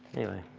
anyway.